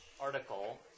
article